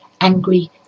angry